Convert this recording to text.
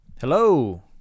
Hello